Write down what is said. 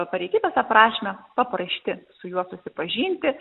pareigybės aprašyme paprašyti su juo susipažinti